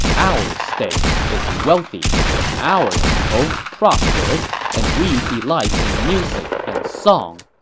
our state is wealthy and our people prosperous, and we delight in music and song.